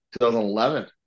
2011